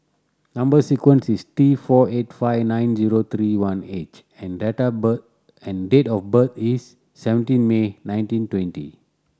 number sequence is T four eight five nine zero three one H and date and date of birth is seventeen May nineteen twenty